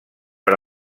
per